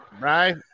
right